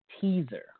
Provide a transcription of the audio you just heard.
teaser